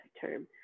term